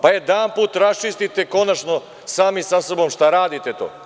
Pa, jedanput raščistite konačno sami sa sobom šta to